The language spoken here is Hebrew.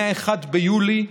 מ-1 ביולי,